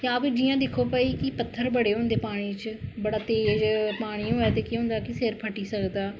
जां फिर जियां दिक्खो भाई पत्थर बडे़ होंदे पानी च बड़ा तेज पानी होवै ते केह् होंदा कि सिर फट्टी सकदा